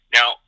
Now